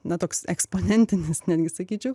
na toks eksponentinis netgi sakyčiau